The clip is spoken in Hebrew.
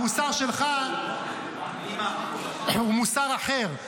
המוסר שלך הוא מוסר אחר.